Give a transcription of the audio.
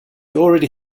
already